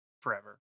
forever